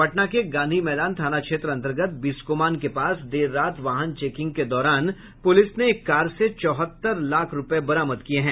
पटना के गांधी मैदान थाना क्षेत्र अंतर्गत बिस्कोमान के पास देर रात वाहन चेकिंग के दौरान प्रलिस ने एक कार से चौहत्तर लाख रूपये बरामद किये हैं